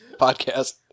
podcast